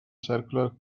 circular